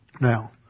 Now